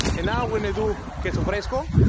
and now we're gonna do queso fresco,